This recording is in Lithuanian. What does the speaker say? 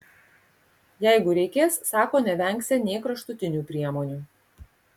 jeigu reikės sako nevengsią nė kraštutinių priemonių